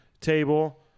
table